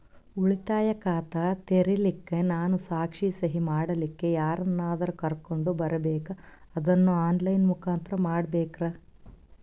ಉಳಿತಾಯ ಖಾತ ತೆರಿಲಿಕ್ಕಾ ನಾನು ಸಾಕ್ಷಿ, ಸಹಿ ಮಾಡಲಿಕ್ಕ ಯಾರನ್ನಾದರೂ ಕರೋಕೊಂಡ್ ಬರಬೇಕಾ ಅದನ್ನು ಆನ್ ಲೈನ್ ಮುಖಾಂತ್ರ ಮಾಡಬೇಕ್ರಾ?